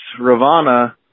Ravana